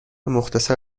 مختصر